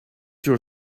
your